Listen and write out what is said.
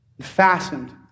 fastened